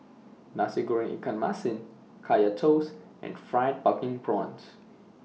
Nasi Goreng Ikan Masin Kaya Toast and Fried Pumpkin Prawns